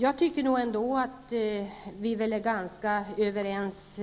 Jag menar att vi nog ändå är ganska överens